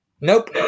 Nope